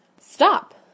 Stop